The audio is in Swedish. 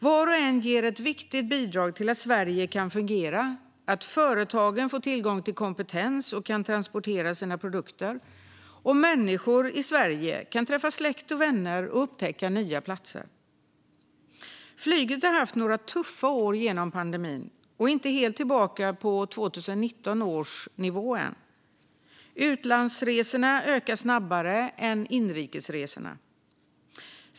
Vart och ett är viktigt och bidrar till att Sverige kan fungera, att företagen får tillgång till kompetens och kan transportera sina produkter och att människor i Sverige kan träffa släkt och vänner och upptäcka nya platser. Flyget har haft några tuffa år under pandemin och är ännu inte helt tillbaka på 2019 års nivå. Utlandsresorna ökar snabbare än inrikesresorna.